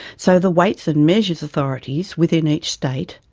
so, the weights and measures authorities within each state,